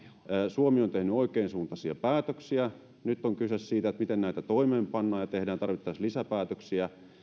suomi on tehnyt oikeansuuntaisia päätöksiä nyt on kyse siitä miten näitä toimeenpannaan ja tehdään tarvittaessa lisäpäätöksiä